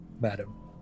madam